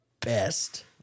best